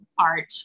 art